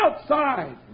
outside